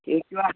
ٹھیٖک چھُوا